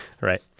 Right